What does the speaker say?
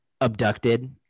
abducted